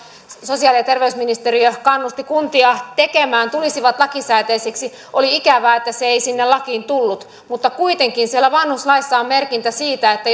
sosiaali ja terveysministeriö kannusti kuntia tekemään tulisivat lakisääteisiksi oli ikävää että se ei sinne lakiin tullut mutta kuitenkin siellä vanhuslaissa on merkintä siitä että